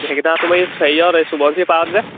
সেইকেইটা তোমাৰ এই হেৰিয়ত এই সোৱণশিৰি পাৰত যে